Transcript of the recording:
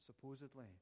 supposedly